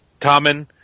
Tommen